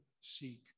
seek